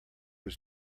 was